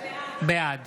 בעד